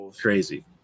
Crazy